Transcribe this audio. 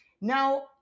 now